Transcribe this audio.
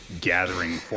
gathering